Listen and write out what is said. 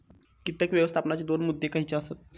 कीटक व्यवस्थापनाचे दोन मुद्दे खयचे आसत?